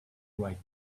right